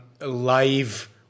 live